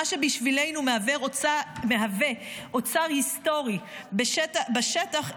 מה שבשבילנו מהווה אוצר היסטורי בשטח,